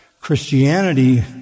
Christianity